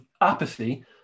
apathy